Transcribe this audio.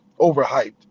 overhyped